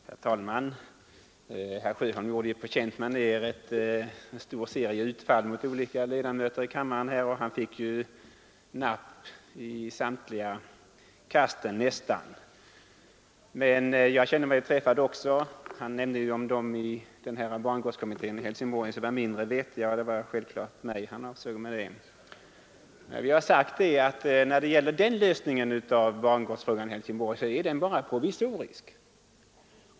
Herr talman! Herr Sjöholm gjorde på känt maner en serie utfall mot olika ledamöter i kammaren, och han fick ju napp i nästan samtliga kast. Jag känner mig också träffad. Han nämnde om de ledamöter av bangårdskommittén i Helsingborg som var mindre vettiga, och självfallet var det mig han avsåg med det, eftersom jag har en annan uppfattning än han. Lösningen av bangårdsfrågan i Helsingborg är bara provisorisk.